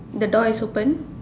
the door is open